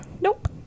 Nope